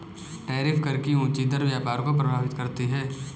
tariff कर की ऊँची दर व्यापार को प्रभावित करती है